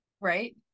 right